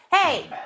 Hey